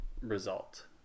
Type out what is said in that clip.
result